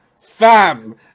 fam